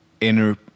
inner